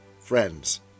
friends